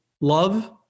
love